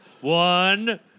One